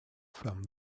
from